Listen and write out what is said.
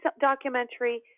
documentary